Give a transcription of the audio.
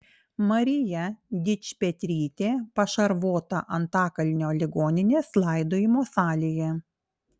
marija dičpetrytė pašarvota antakalnio ligoninės laidojimo salėje